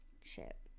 chip